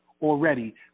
already